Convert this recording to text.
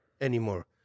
anymore